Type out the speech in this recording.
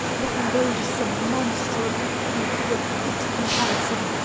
what loathsome monster of the earth were fit comparison?